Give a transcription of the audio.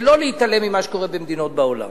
ולא להתעלם ממה שקורה במדינות בעולם.